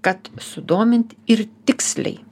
kad sudomint ir tiksliai